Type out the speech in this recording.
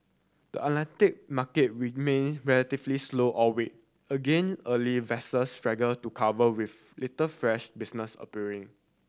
the Atlantic market remained relatively slow all week again early vessels struggled to cover with little fresh business appearing